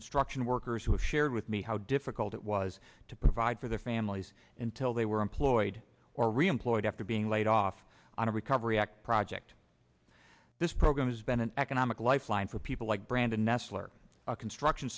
construction workers who shared with me how difficult it was to provide for their families until they were employed or re employed after being laid off on a recovery act project this program has been an economic lifeline for people like brandon nestler a construction